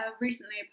recently